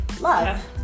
Love